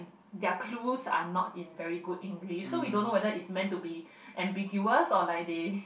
their clues are not in very good English so we don't know whether is meant to be ambiguous or like they